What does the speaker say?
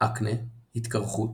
אקנה, התקרחות,